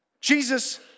Jesus